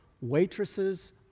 waitresses